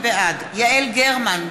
בעד יעל גרמן,